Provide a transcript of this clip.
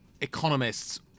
economists